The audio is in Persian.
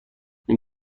این